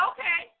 Okay